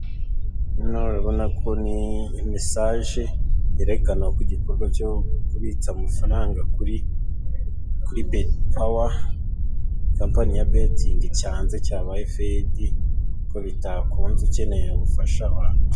Ino urabona ko ni mesaje yerekana ko igikorwa cyo kubitsa amafaranga kuri betipawa, kompanyi ya betingi cyanze cyabaye fayedi ko bitakunze ukeneye ubufasha wa,...